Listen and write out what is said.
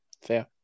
fair